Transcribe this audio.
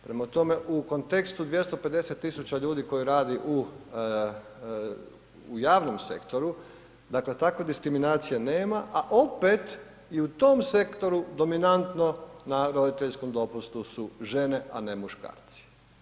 Prema tome, u kontekstu 250 000 ljudi koji radi u javom sektoru, dakle takve diskriminacije nema a opet i u tom sektoru dominantno na roditeljskom dopustu su žene a ne muškarci.